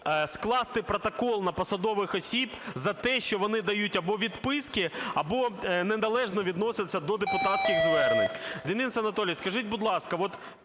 скласти протокол на посадових осіб за те, що вони дають або відписки, або неналежно відносяться до депутатських звернень. Денисе Анатолійовичу, скажіть, будь ласка,